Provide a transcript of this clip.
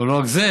אבל לא רק זה,